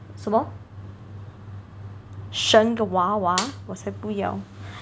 生一个生一个娃娃